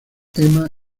ema